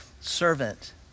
servant